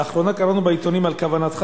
לאחרונה קראנו בעיתונים על כוונתך